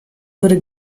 würde